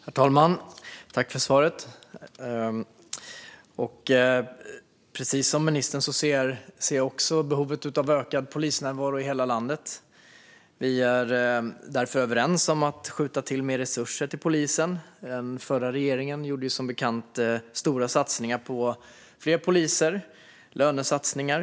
Herr talman! Jag tackar för svaret. Jag ser precis som ministern behovet av ökad polisnärvaro i hela landet. Vi är därför överens om att skjuta till mer resurser till polisen. Den förra regeringen gjorde som bekant stora satsningar för att vi ska få fler poliser samt lönesatsningar.